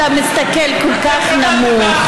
אתה מסתכל כל כך נמוך,